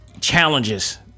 challenges